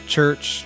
Church